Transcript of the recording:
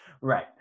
right